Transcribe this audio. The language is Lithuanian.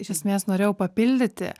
iš esmės norėjau papildyti